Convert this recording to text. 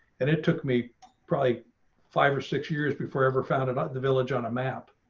and it took me probably five or six years before ever found in the village on a map.